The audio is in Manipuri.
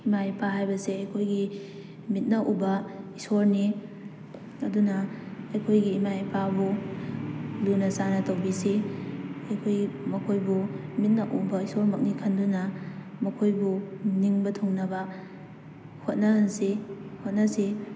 ꯏꯃꯥ ꯏꯄꯥ ꯍꯥꯏꯕꯁꯦ ꯑꯩꯈꯣꯏꯒꯤ ꯃꯤꯠꯅ ꯎꯕ ꯏꯁꯣꯔꯅꯤ ꯑꯗꯨꯅ ꯑꯩꯈꯣꯏꯒꯤ ꯏꯃꯥ ꯏꯄꯥꯕꯨ ꯂꯨꯅ ꯆꯥꯟꯅ ꯇꯧꯕꯤꯁꯤ ꯑꯩꯈꯣꯏ ꯃꯈꯣꯏꯕꯨ ꯃꯤꯠꯅ ꯎꯕ ꯏꯁꯣꯔꯃꯛꯅꯤ ꯈꯟꯗꯨꯅ ꯃꯈꯣꯏꯕꯨ ꯅꯤꯡꯕ ꯊꯨꯡꯅꯕ ꯍꯣꯠꯅꯍꯟꯁꯤ ꯍꯣꯠꯅꯁꯤ